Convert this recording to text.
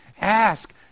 ask